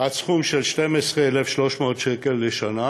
עד סכום של 12,300 שקל בשנה